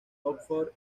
oxford